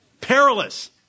Perilous